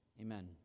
amen